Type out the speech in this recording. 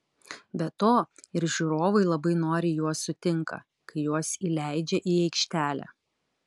be to ir žiūrovai labai noriai juos sutinka kai juos įleidžia į aikštelę